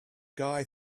guy